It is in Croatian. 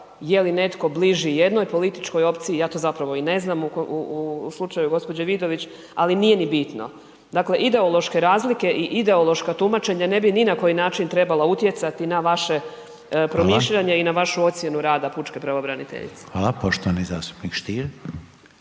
je li netko bliži jednoj političkoj opciji, ja to zapravo i ne znam u slučaju gđe. Vidović, ali nije ni bitno. Dakle, ideološke razlike i ideološka tumačenja ne bi ni na koji način trebala utjecati na vaše promišljanje i na vašu ocjenu rada pučke pravobraniteljice. **Reiner,